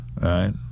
Right